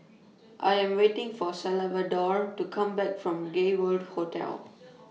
I Am waiting For Salvador to Come Back from Gay World Hotel